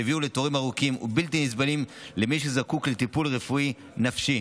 שהביאו לתורים ארוכים ובלתי נסבלים למי שזקוק לטיפול רפואי נפשי.